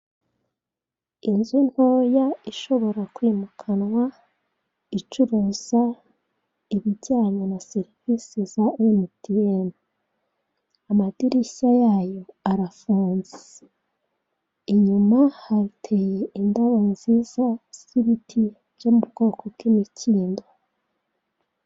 Inzu ntoya ishobora kwirukanwa, icuruza ibijyanye na serivisi za emutiyeni. Amadirishya yayo arafunze. Inyuma hateye indabo nziza z'ibiti bwo mu bwoko bw'imikindo.